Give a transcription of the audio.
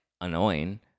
annoying